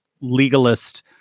legalist